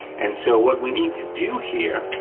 and so, what we need to do here,